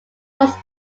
was